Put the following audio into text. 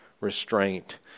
restraint